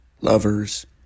lovers